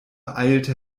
eilte